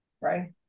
right